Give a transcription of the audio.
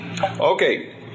Okay